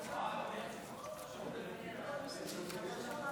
התשפ"ג 2023, לוועדת הפנים והגנת הסביבה נתקבלה.